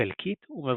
חלקית ומבולבלת.